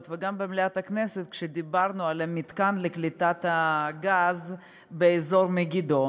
וגם במליאת הכנסת כשדיברנו על המתקן לקליטת הגז באזור מגידו,